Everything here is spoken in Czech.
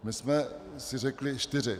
My jsme si řekli čtyři.